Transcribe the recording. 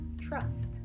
trust